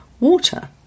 water